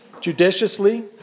judiciously